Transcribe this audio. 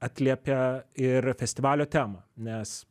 atliepia ir festivalio temą nes